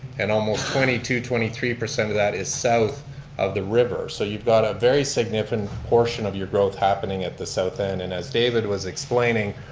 and almost twenty two, twenty three percent of that is south of the river. so you got a very significant portion of your growth happening at the south end. and as david was explaining,